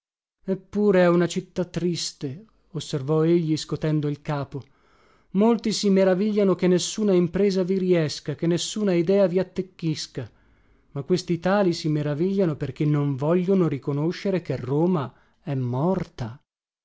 è una città triste osservò egli scotendo il capo molti si meravigliano che nessuna impresa vi riesca che nessuna idea viva vi attecchisca ma questi tali si meravigliano perché non vogliono riconoscere che roma è morta